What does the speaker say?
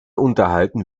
unterhalten